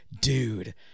Dude